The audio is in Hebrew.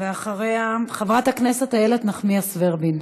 אחריה, חברת הכנסת איילת נחמיאס ורבין.